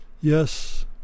Yes